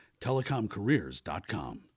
TelecomCareers.com